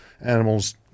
animals